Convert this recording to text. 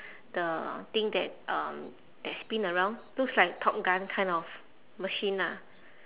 the thing that um that spin around looks like top gun kind of machine ah